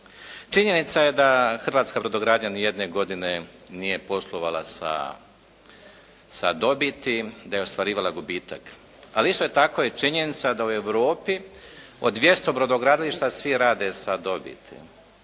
Činjenica je da hrvatska brodogradnja nijedne godine nije poslovala sa dobiti, da je ostvarivala gubitak. Ali isto tako je činjenica da u Europi od 200 brodogradilišta svi rade sa dobiti.